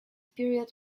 period